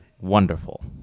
Wonderful